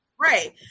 right